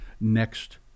next